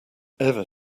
ever